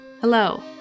Hello